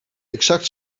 exact